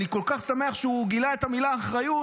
אני כל כך שמח שהוא גילה את המילה אחריות,